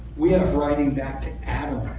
we have writing back to adam.